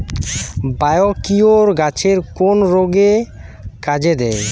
Biocure গাছের কোন রোগে কাজেদেয়?